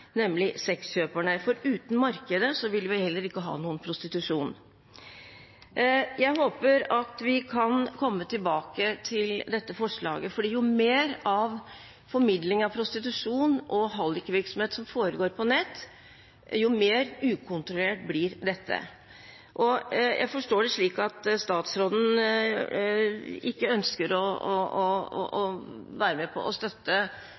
nemlig sexkjøperne, for uten markedet ville vi heller ikke hatt noen prostitusjon. Jeg håper at vi kan komme tilbake til dette forslaget, for jo mer av formidling av prostitusjon og hallikvirksomhet som foregår på nett, jo mer ukontrollert blir dette. Jeg forstår det slik at statsråden ikke ønsker å være med på å støtte